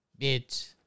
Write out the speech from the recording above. Bitch